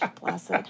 blessed